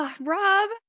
Rob